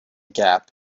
gap